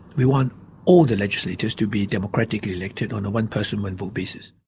we want all the legislators to be democratically elected on the one-person, one-vote basis.